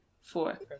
four